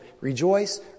Rejoice